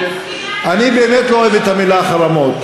הם לא מחשיבים את עצמם.